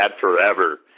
forever